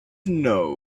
know